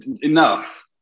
enough